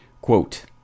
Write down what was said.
Quote